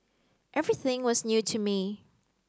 everything was new to me